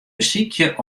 besykje